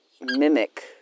mimic